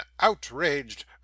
outraged